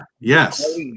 yes